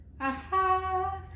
aha